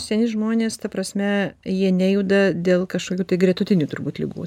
seni žmonės ta prasme jie nejuda dėl kažkokių tai gretutinių turbūt ligų